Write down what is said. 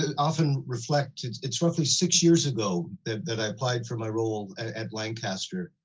and often reflect it's it's roughly six years ago that i applied for my role at lancaster.